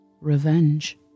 Revenge